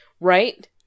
right